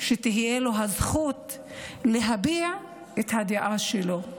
שתהיה לו הזכות להביע את הדעה שלו,